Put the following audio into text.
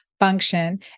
Function